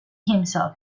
himself